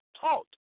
taught